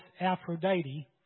Aphrodite